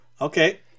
Okay